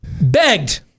Begged